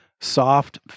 soft